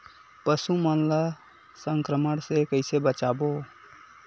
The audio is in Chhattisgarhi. पशु मन ला संक्रमण से कइसे बचाबो?